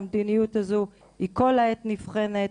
שהמדיניות הזאת כל העת נבחנת,